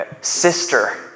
sister